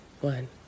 One